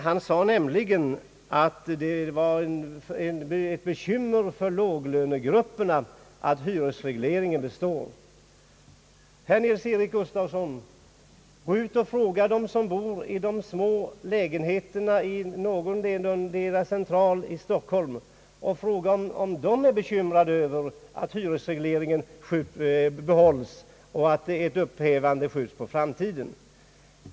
Han sade nämligen att det är ett bekymmer för låglönegrupperna att hyresregleringen består. Herr Nils Eric Gustafsson! Gå ut och fråga dem som bor i de små lägenheterna i någon central del av Stockholm om de är bekymrade över att hyresregleringen behålls och att ett upphävande skjuts på framtiden!